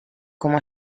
como